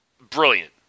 Brilliant